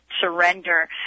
surrender